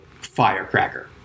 firecracker